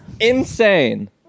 insane